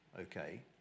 okay